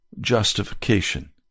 justification